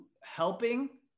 helping